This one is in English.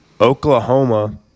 Oklahoma